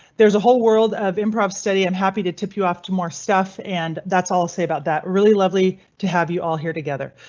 there's a whole world of improv study and happy to tip you off to more stuff. and that's all i'll say about that. really lovely to have you all here together.